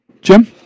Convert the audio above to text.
Jim